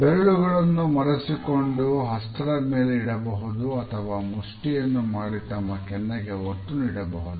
ಬೆರಳುಗಳನ್ನು ಮರೆಸಿಕೊಂಡು ಹಸ್ತದ ಮೇಲೆ ಇಡಬಹುದು ಅಥವಾ ಮುಷ್ಟಿಯನ್ನು ಮಾಡಿ ತಮ್ಮ ಕೆನ್ನೆಗೆ ಒತ್ತು ನೀಡಬಹುದು